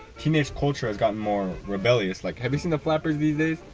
teenage culture has gotten more rebellious. like have you seen the flappers these days?